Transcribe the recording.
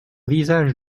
visage